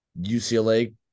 UCLA